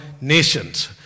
nations